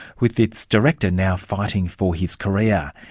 with its director now fighting for his career.